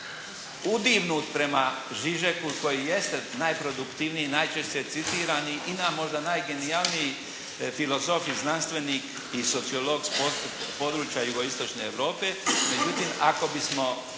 udignut prema Žižeku koji i jeste najproduktivniji, najčešće citiran i na možda najgenijalniji filozof i znanstvenik i sociolog s područja jugoistočne Europe. Međutim, ako bismo